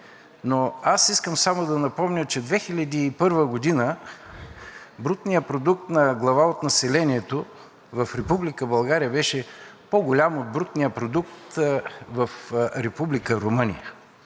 но аз искам само да напомня, че 2001 г. брутният продукт на глава от населението в Република България беше по голям от брутния продукт в Република Румъния.